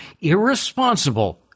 irresponsible